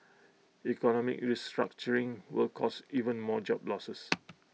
economic restructuring will cause even more job losses